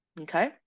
Okay